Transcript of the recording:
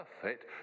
perfect